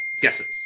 guesses